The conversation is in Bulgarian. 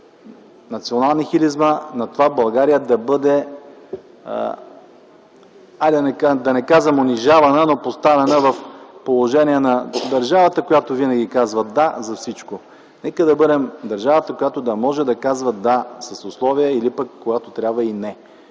националнихилизма, на това България да бъде поставяна в положение на държавата, която винаги казва да за всичко. Нека да бъдем държавата, която да може да казва „да под условие”, или пък, когато трябва и „не”.